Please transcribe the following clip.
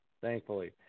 thankfully